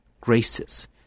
graces